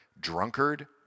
drunkard